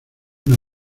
una